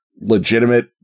legitimate